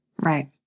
Right